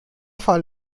fall